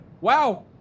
wow